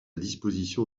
disposition